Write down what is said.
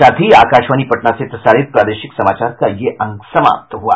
इसके साथ ही आकाशवाणी पटना से प्रसारित प्रादेशिक समाचार का ये अंक समाप्त हुआ